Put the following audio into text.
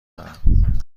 دارم